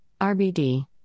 RBD